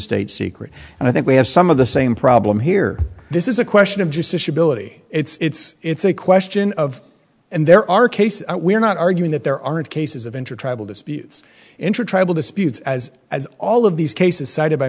state secrets and i think we have some of the same problem here this is a question of just it's it's a question of and there are cases we're not arguing that there aren't cases of intertribal disputes intertribal disputes as as all of these cases cited by